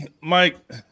Mike